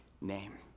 name